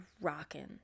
rocking